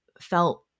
felt